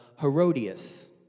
Herodias